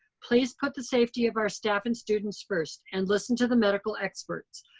please put the safety of our staff and students first and listen to the medical experts.